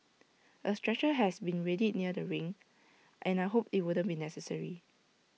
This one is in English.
A stretcher has been readied near the ring and I hoped IT wouldn't be necessary